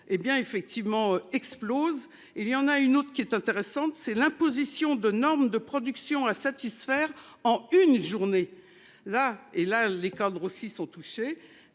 effectivement explose et il y en a une autre qui est intéressante, c'est l'imposition de normes de production à satisfaire en une journée là et là les cadres aussi sont touchés.